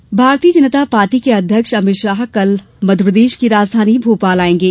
शाह प्रवास भारतीय जनता पार्टी के अध्यक्ष अमित शाह कल मध्यप्रदेश की राजधानी भोपाल आएंगे